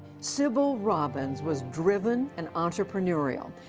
sybil robins was driven and entrepreneurial,